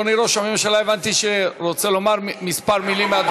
הבנתי שאדוני ראש הממשלה רוצה לומר כמה מילים.